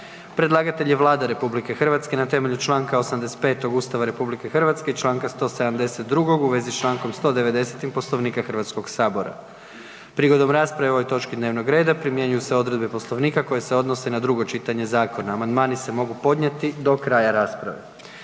Predlagatelj je Vlada RH na temelju čl. 85. Ustava RH i čl. 172. u vezi s čl. 190. Poslovnika HS. Prigodom rasprave o ovoj točki dnevnog reda primjenjuju se odredbe Poslovnika koje se odnose na drugo čitanje zakona. Amandmani se mogu podnijeti do kraja rasprave.